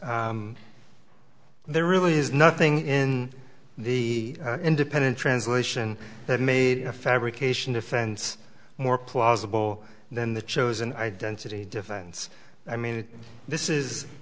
goes there really is nothing in the independent translation that made a fabrication defense more plausible than the chosen identity defense i mean this is